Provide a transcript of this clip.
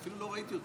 שאמרתי,